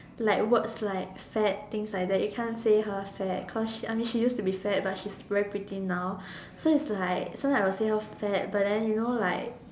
like words like fat things like that you can't say her fat cause she I mean she used to be fat but she's very pretty now so it's like sometimes I will say her fat but then you know like